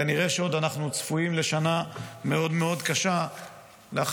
כנראה שאנחנו עוד צפויים לשנה מאוד מאוד קשה לאחר